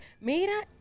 mira